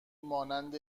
مانند